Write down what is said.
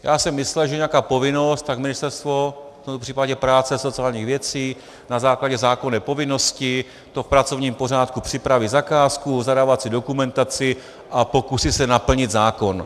Já jsem myslel, že když je nějaká povinnost, tak ministerstvo, v tomto případě práce a sociálních věcí, na základě zákonné povinnosti v tom pracovním pořádku připraví zakázku, zadávací dokumentaci a pokusí se naplnit zákon.